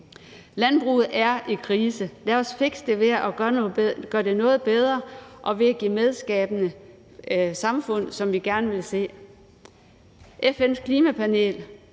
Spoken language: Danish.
Landbruget er i krise. Lad os fikse det ved at gøre det noget bedre og give et medskabende samfund, som vi gerne vil se.